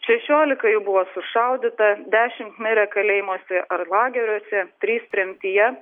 šešiolika jų buvo sušaudyta dešimt mirė kalėjimuose ar lageriuose trys tremtyje